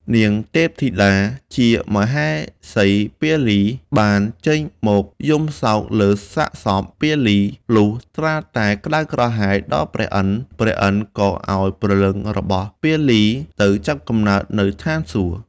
នាងទេធីតាជាមហេសីពាលី បានចេញមកយំសោកលើសាកសព ពាលី លុះត្រាតែក្តៅក្រហាយដល់ព្រះឥន្ទៗ ក៏ឱ្យព្រលឹងរបស់ពាលីទៅចាប់កំណើត នៅឋានសួគ៌។